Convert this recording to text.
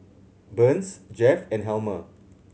Burns Jeff and Helmer